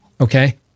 Okay